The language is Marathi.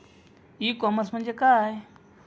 ई कॉमर्स म्हणजे काय?